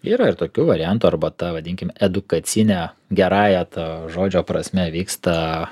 yra ir tokių variantų arba tą vadinkim edukacinę gerąja to žodžio prasme vyksta